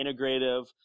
integrative